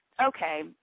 Okay